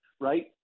right